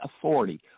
authority